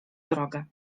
drogę